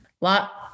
Lot